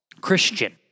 Christian